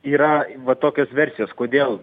yra va tokios versijos kodėl